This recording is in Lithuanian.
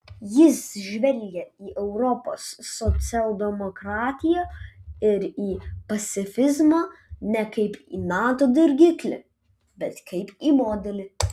jis žvelgia į europos socialdemokratiją ir į pacifizmą ne kaip į nato dirgiklį bet kaip į modelį